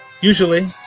usually